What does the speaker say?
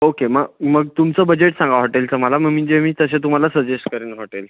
okay मग मग तुमचं बजेट सांगा हॉटेलचं मला मग मी जे मी तसे तुम्हाला सजेस्ट करेन हॉटेल